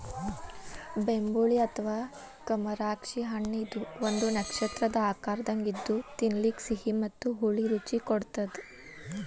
ಬೆಂಬುಳಿ ಅಥವಾ ಕಮರಾಕ್ಷಿ ಹಣ್ಣಇದು ಒಂದು ನಕ್ಷತ್ರದ ಆಕಾರದಂಗ ಇದ್ದು ತಿನ್ನಲಿಕ ಸಿಹಿ ಮತ್ತ ಹುಳಿ ರುಚಿ ಕೊಡತ್ತದ